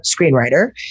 screenwriter